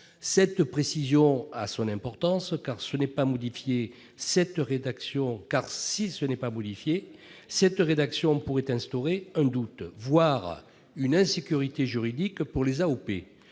Cette précision a son importance, car ne pas modifier cette rédaction pourrait instaurer un doute, voire une insécurité juridique pour les AOP